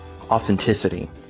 authenticity